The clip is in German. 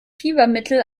fiebermittel